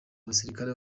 abasirikare